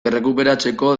errekuperatzeko